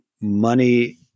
money